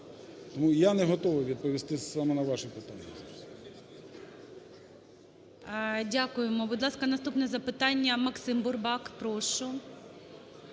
Тому я не готовий відповісти саме на ваше питання. ГОЛОВУЮЧИЙ. Дякуємо. Будь ласка, наступне запитання, Максим Бурбак, прошу.